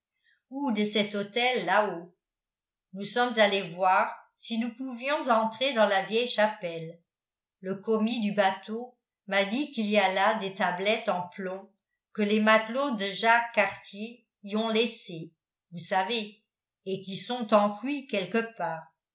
ou de cet hôtel là haut nous sommes allés voir si nous pouvions entrer dans la vieille chapelle le commis du bateau m'a dit qu'il y a là des tablettes en plomb que les matelots de jacques cartier y ont laissées vous savez et qui sont enfouies quelque part